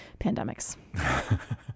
pandemics